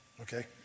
okay